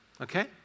okay